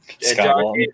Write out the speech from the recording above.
Scott